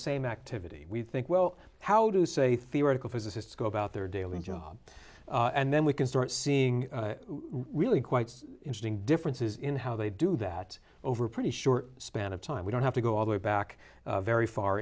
same activity we think well how do say theoretical physicists go about their daily job and then we can start seeing really quite interesting differences in how they do that over a pretty short span of time we don't have to go all the way back very far